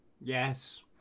Yes